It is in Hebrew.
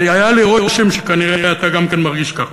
היה לי רושם שכנראה אתה גם כן מרגיש כך.